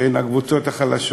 שהם הקבוצות החלשות,